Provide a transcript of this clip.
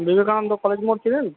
Vivekananda college মোড় চিনেন